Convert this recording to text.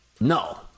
No